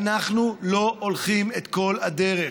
אנחנו לא הולכים את כל הדרך.